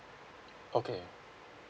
okay